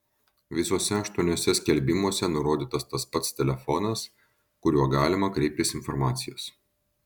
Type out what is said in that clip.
visuose aštuoniuose skelbimuose nurodytas tas pats telefonas kuriuo galima kreiptis informacijos